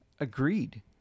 agreed